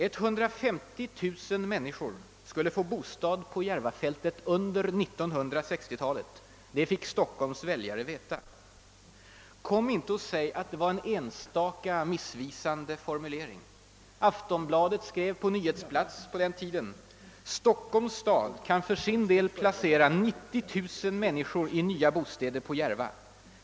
150 000 människor skulle få bostad på Järvafältet under 1960-talet; detta fick Stockholms väljare veta. Kom inte och säg att det var fråga om en enstaka missvisande formulering! Aftonbladet skrev vid det tillfället på nyhetsplats följande: »Stockholms stad kan för sin del placera 90 000 människor i nya bostäder på Järva.